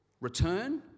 return